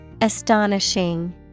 Astonishing